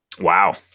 Wow